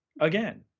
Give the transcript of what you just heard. again